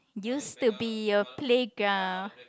use to be your playground